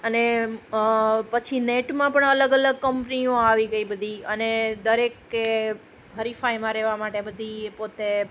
અને પછી નેટમાં પણ અલગ અલગ કંપનીઓ આવી ગઈ બધી અને દરેકે હરીફાઈમાં રહેવા માટે બધી પોતે